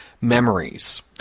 memories